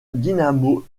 dinamo